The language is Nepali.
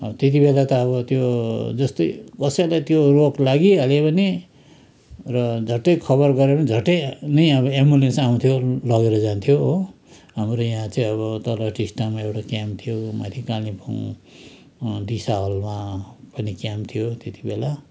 त्यति बेला त अब त्यो जस्तै कसैलाई त्यो रोग लागिहाले पनि र झट्टै खबर गऱ्यो भने झट्टै नै अब एम्बुलेन्स आउँथ्यो लगेर जान्थ्यो हो हाम्रो यहाँ चाहिँ अब तल टिस्टामा एउटा क्याम्प थियो माथि कालिम्पोङ दिसा हलमा पनि क्याम्प थियो त्यति बेला